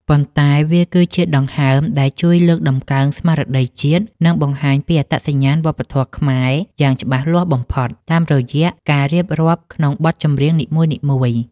ប៉ុន្តែវាគឺជាដង្ហើមដែលជួយលើកតម្កើងស្មារតីជាតិ និងបង្ហាញពីអត្តសញ្ញាណវប្បធម៌ខ្មែរយ៉ាងច្បាស់លាស់បំផុតតាមរយៈការរៀបរាប់ក្នុងបទចម្រៀងនីមួយៗ។